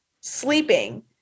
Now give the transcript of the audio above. sleeping